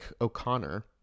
O'Connor